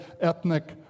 ethnic